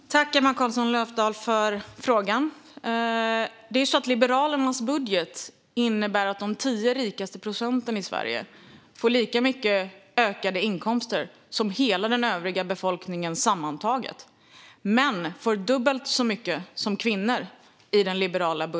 Fru talman! Jag tackar Emma Carlsson Löfdahl för hennes replik. Liberalernas budget innebär att de tio rikaste procenten i Sverige får lika mycket i ökade inkomster som hela den övriga befolkningen sammantaget och dubbelt så mycket som kvinnor.